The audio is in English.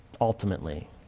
ultimately